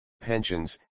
pensions